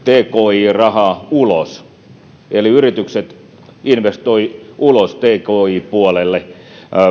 tki rahaa ulos eli yritykset investoivat ulos tki puolelle